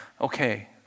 okay